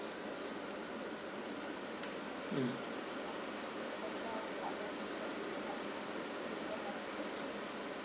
mm